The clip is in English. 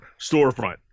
storefront